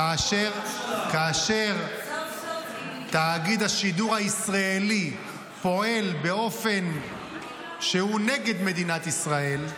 --- כאשר תאגיד השידור הישראלי פועל באופן שהוא נגד מדינת ישראל,